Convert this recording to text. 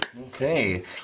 Okay